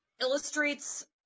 illustrates